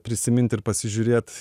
prisimint ir pasižiūrėt